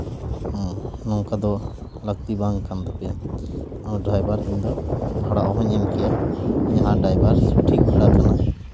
ᱦᱮᱸ ᱱᱚᱝᱠᱟ ᱫᱚ ᱞᱟᱹᱠᱛᱤ ᱵᱟᱝ ᱠᱟᱱ ᱛᱟᱯᱮᱭᱟ ᱟᱨ ᱰᱨᱟᱭᱵᱷᱟᱨ ᱤᱧ ᱫᱚ ᱵᱷᱟᱲᱟ ᱚᱦᱚᱸᱧ ᱮᱢ ᱠᱮᱭᱟ ᱡᱟᱦᱟᱸ ᱰᱨᱟᱭᱵᱷᱟᱨ ᱥᱚᱴᱷᱤᱠ ᱵᱷᱟᱲᱟ ᱠᱟᱱᱟ